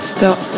Stop